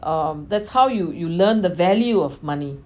um that's how you you learn the value of money